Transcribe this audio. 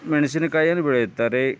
ಮೆಣಸಿನಕಾಯಿಯನ್ನು ಬೆಳೆಯುತ್ತಾರೆ